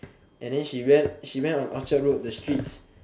and then she went she went on orchard road the streets